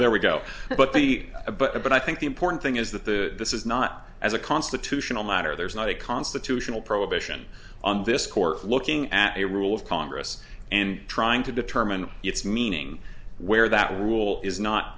there we go but the but the but i think the important thing is that the this is not as a constitutional matter there is not a constitutional prohibition on this court looking at the rule of congress and trying to determine its meaning where that rule is not